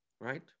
right